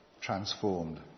transformed